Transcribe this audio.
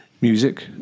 music